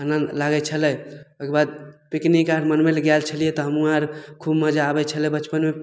आनन्द लागय छलै ओइके बाद पिकनिक आर मनबय लए गेल छलियै तऽ हमहुँ आर खूब मजा आबय छलै बचपनमे